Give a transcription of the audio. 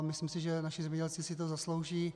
Myslím, že naši zemědělci si to zaslouží.